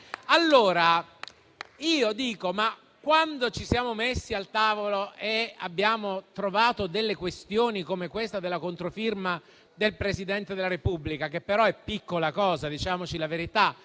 lo sappiamo. Quando ci siamo messi al tavolo, abbiamo individuato questioni come questa della controfirma del Presidente della Repubblica, che però è piccola cosa. Diciamo la verità: